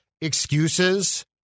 excuses